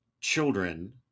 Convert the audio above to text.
children